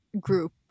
group